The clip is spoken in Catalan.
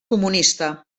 comunista